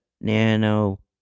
nano